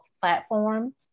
platform